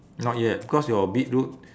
not yet cause your beetroot